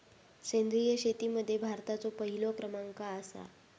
सेंद्रिय शेतीमध्ये भारताचो पहिलो क्रमांक आसा